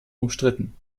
umstritten